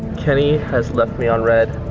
kenny has left me on read.